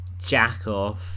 Jackoff